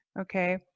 Okay